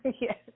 Yes